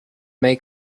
may